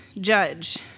judge